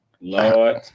Lord